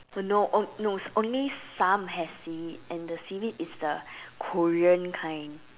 the no oh no only some has seaweed and the seaweed is the Korean kind